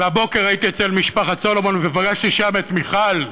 והבוקר הייתי אצל משפחת סלומון ופגשתי שם את מיכל,